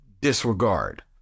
disregard